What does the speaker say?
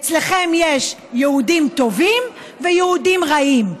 אצלכם יש יהודים טובים ויהודים רעים.